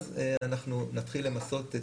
אז אנחנו נתחיל למסות.